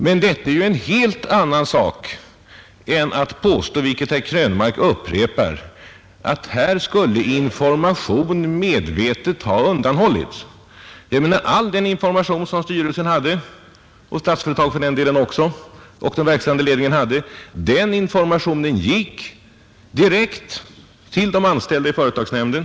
Men detta är en helt annan sak än att påstå — vilket herr Krönmark upprepade gånger gör — att information medvetet skulle ha undanhållits. All den information som styrelsen för Kalmar verkstad och verkställande ledningen i Statsföretag hade gick direkt till de anställda genom företagsnämnden.